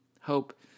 Hope